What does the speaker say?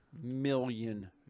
million